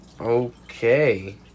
Okay